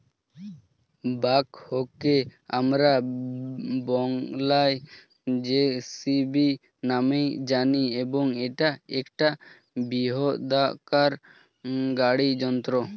ব্যাকহোকে আমরা বংলায় জে.সি.বি নামেই জানি এবং এটা একটা বৃহদাকার গাড়ি যন্ত্র